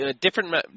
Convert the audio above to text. different